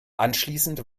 anschließend